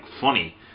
funny